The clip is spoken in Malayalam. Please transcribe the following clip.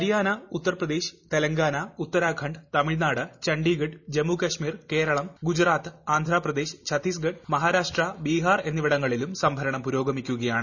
ഹരിയാന ഉത്തർപ്രദേശ് തെലങ്കാന ഉത്തരാഖണ്ഡ് തമിഴ്നാട് ചണ്ഡിഗഡ് ജമ്മു കശ്മീർ കേരളം ഗുജറാത്ത് ആന്ധ്രാപ്രദേശ് ഛത്തീസ്ഗഡ് മഹാരാഷ്ട്ര ബീഹാർ എന്നിവിടങ്ങളിലും സംഭരണം പുരോഗമിക്കുകയാണ്